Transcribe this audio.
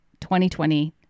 2020